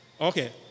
Okay